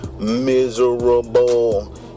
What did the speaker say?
miserable